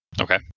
Okay